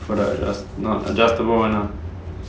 for the the not adjustable [one] ah